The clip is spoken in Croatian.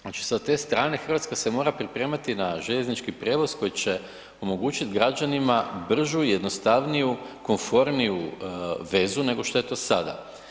Znači sa te strane Hrvatska se mora pripremati na željeznički prijevoz koji će omogućiti građanima bržu i jednostavniju, komforniju vezu nego što je to sada.